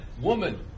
woman